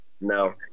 No